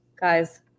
Guys